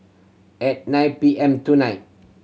at nine P M tonight